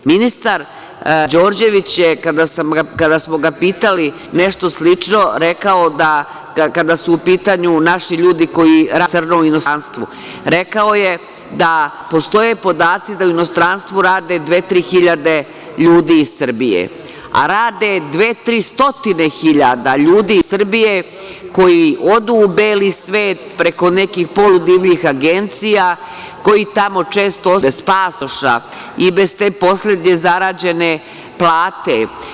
Ministar Đorđević, kada smo ga pitali nešto slično, je rekao da, kada su u pitanju naši ljudi koji rade na crno u inostranstvu, postoje podaci da u inostranstvu rade dve, tri hiljade ljudi iz Srbije, a rade dve, tri stotine hiljada ljudi iz Srbije koji odu u beli svet preko nekih poludivljih agencija, koji tamo često ostanu i bez pasoša i bez te poslednje zarađene plate.